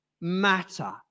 Matter